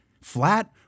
flat